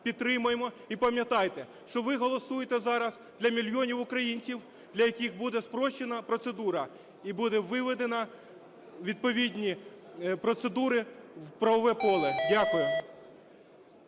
підтримуємо. І пам'ятайте, що ви голосуєте зараз для мільйонів українців, для яких буде спрощена процедура і буде виведено відповідні процедури в правове поле. Дякую.